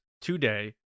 today